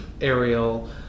Aerial